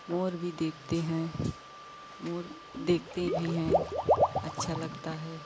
मोर भी देखते हैं मोर देखते भी हैं अच्छा लगता है